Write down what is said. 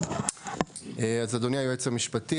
אז אדוני היועץ המשפטי,